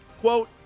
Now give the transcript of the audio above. quote